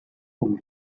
vom